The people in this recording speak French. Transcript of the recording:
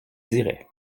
dirais